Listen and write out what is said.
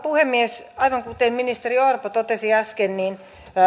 puhemies aivan kuten ministeri orpo totesi äsken niin